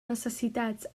necessitats